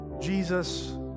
Jesus